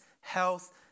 health